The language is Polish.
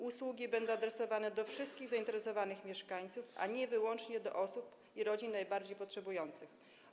Usługi będą adresowane do wszystkich zainteresowanych mieszkańców, a nie wyłącznie do osób i rodzin najbardziej potrzebujących.